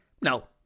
No